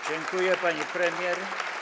Dziękuję, pani premier.